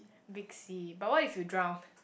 big sea but what if you drown